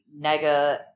nega